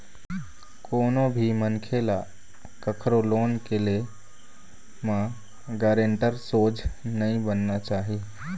कोनो भी मनखे ल कखरो लोन के ले म गारेंटर सोझ नइ बनना चाही